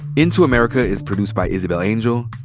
into america is produced by isabel angel,